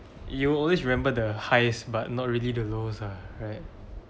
you will always remember the highest but not really the lowest ah right